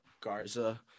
Garza